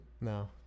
No